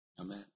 Amen